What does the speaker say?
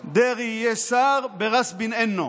"דרעי יהיה שר בראס בן ענו".